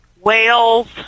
whales